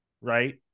right